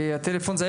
הטלפון היה